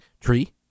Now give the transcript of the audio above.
tree